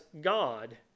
God